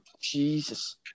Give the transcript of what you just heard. Jesus